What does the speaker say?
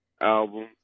album